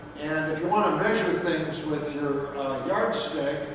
and if you want to measure things with your yardstick,